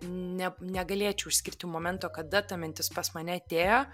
ne negalėčiau išskirti momento kada ta mintis pas mane atėjo